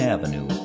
Avenue